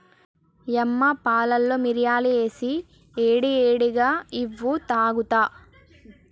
యమ్మ పాలలో మిరియాలు ఏసి ఏడి ఏడిగా ఇవ్వు తాగుత